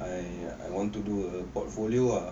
I I want to do a portfolio ah